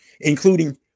including